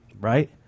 right